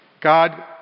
God